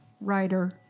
writer